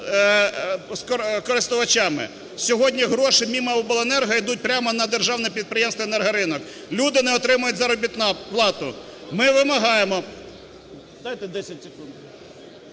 Сьогодні гроші мимо обленерго ідуть прямо на державне підприємство "Енергоринок". Люди не отримають заробітну плату. Ми вимагаємо… Дайте 10 секунд.